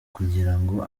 kugirango